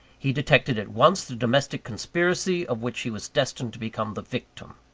he detected at once the domestic conspiracy of which he was destined to become the victim.